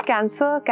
Cancer